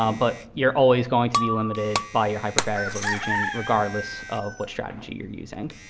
um but you're always going to be limited by your hypervariable region, regardless of what strategy you're using.